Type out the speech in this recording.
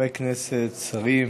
חברי כנסת, שרים,